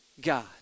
God